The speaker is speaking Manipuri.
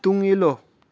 ꯇꯨꯡ ꯏꯜꯂꯨ